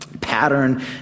pattern